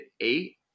eight